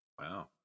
Wow